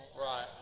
Right